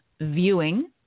viewing